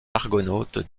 argonautes